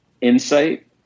insight